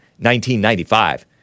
1995